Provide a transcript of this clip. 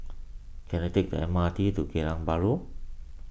can I take the M R T to Geylang Bahru